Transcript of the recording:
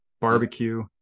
barbecue